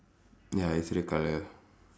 ya it's red colour